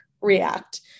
react